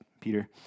Peter